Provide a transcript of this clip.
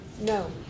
No